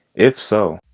if so,